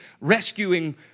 rescuing